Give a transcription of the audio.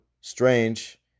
strange